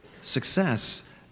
success